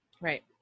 Right